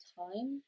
time